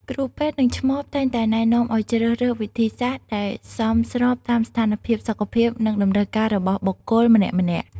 គ្រូពេទ្យ និងឆ្មបតែងតែណែនាំឲ្យជ្រើសរើសវិធីសាស្ត្រដែលសមស្របតាមស្ថានភាពសុខភាព និងតម្រូវការរបស់បុគ្គលម្នាក់ៗ។